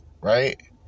right